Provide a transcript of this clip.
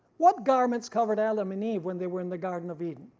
what garments covered adam and eve when they were in the garden of eden?